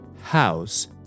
house